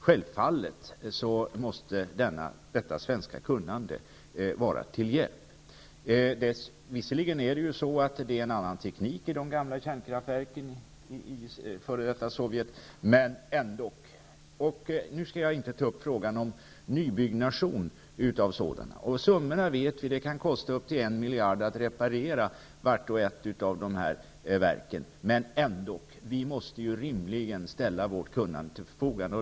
Självfallet måste detta svenska kunnande vara till hjälp. Visserligen är det en annan teknik i de gamla kärnkraftverken i f.d. Sovjet, men ändå! Nu skall jag inte ta upp frågan om nybyggnation av sådana. Summorna vet vi -- det kan kosta upp till en miljard att reparera vart och ett av dessa verk. Men vi måste ändå rimligen ställa vårt kunnande till förfogande.